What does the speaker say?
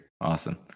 Awesome